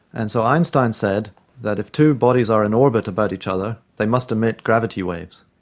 and so einstein said that if two bodies are in orbit about each other they must emit gravity waves,